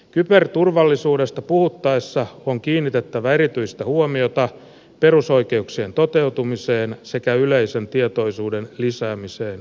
kyberturvallisuudesta puhuttaessa on kiinnitettävä erityistä huomiota perusoikeuksien toteutumiseen sekä yleisen tietoisuuden lisäämiseen tietoturvariskeistä